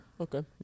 Okay